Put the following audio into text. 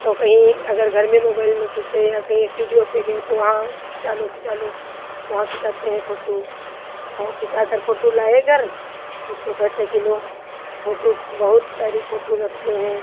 तो कहीं अगर घर में मोबइल में खींचे या कहीं इस्टीडियो पे गए तो वहाँ हम खिंचा लो खिंचा लो तो वहाँ खिंचाते हैं फोटू और खिंचाकर फोटू लाए घर बच्चों कहते कि लो फोटू बहुत सारी फोटू रखते हैं